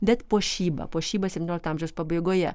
bet puošyba puošyba septyniolikto amžiaus pabaigoje